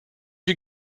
you